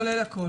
כולל הכול.